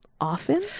often